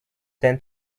than